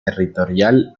territorial